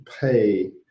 pay